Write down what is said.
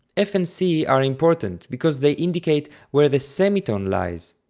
f and c are important because they indicate where the semitone lies.